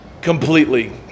completely